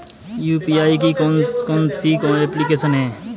UPI की कौन कौन सी एप्लिकेशन हैं?